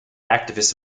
activists